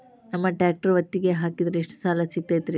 ನಮ್ಮ ಟ್ರ್ಯಾಕ್ಟರ್ ಒತ್ತಿಗೆ ಹಾಕಿದ್ರ ಎಷ್ಟ ಸಾಲ ಸಿಗತೈತ್ರಿ?